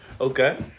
Okay